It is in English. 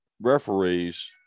referees